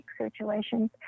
situations